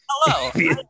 Hello